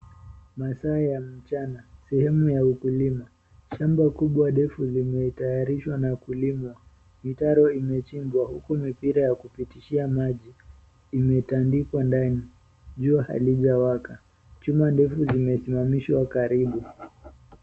Masaa ya mchana , sehemu ya ukulima , shamba kubwa refu limetayarishwa na kulimwa. Mitaro imechimbwa huku mipira ya kupitishia maji imetandikwa ndani. Jua halijawaka chuma refu limesimamishwa kwa karibu.